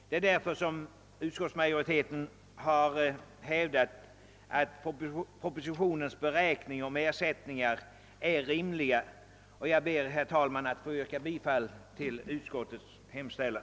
Det är därför som utskottsmajoriteten har hävdat att propositionens beräkningar av ersättningar är rimliga. Jag ber, herr talman, att få yrka bifall till utskottets hemställan.